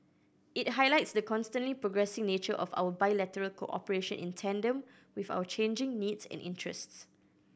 it highlights the constantly progressing nature of our bilateral cooperation in tandem with our changing needs and interests